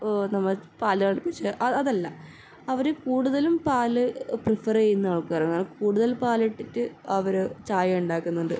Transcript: നമ്മൾ പാൽ തിളപ്പിച്ച് അതല്ല അവർ കൂടുതലും പാൽ പ്രിഫറ് ചെയ്യുന്ന ആൾക്കാരാണ് കൂടുതൽ പാലെടുത്തിട്ട് അവർ ചായ ഉണ്ടാക്കുന്നുണ്ട്